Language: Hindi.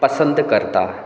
पसंद करता है